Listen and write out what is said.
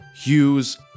Hughes